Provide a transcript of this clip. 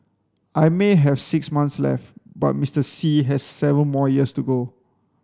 I may have six months left but Mr Xi has seven more years to go